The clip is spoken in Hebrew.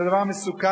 זה דבר מסוכן,